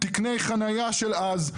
תקני חניה של אז.